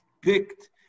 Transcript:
picked